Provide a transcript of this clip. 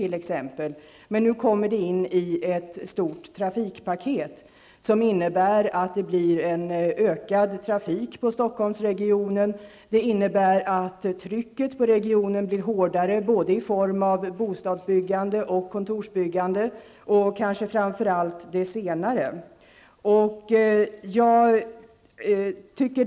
I stället tas dessa saker med i ett stort trafikpaket, och detta paket innebär en ökad trafik i Stockholmsregionen samt att trycket på regionen blir hårdare avseende både bostadsbyggande och kontorsbyggande. Framför allt gäller det kanske det senare.